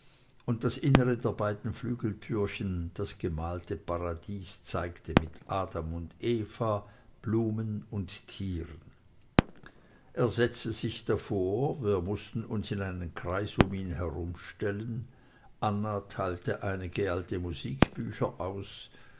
und das innere der beiden flügeltürchen das gemalte paradies zeigte mit adam und eva blumen und tieren er setzte sich davor wir mußten uns in einen kreis um ihn herumstellen anna teilte einige alte musikbücher aus